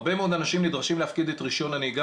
הרבה מאוד אנשים נדרשים להפקיד את רישיון הנהיגה